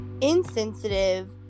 insensitive